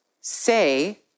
say